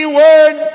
word